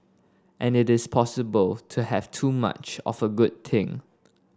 and it is also possible to have too much of a good thing